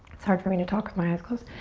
it's hard for me to talk with my eyes closed,